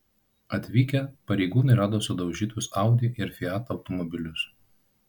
atvykę pareigūnai rado sudaužytus audi ir fiat automobilius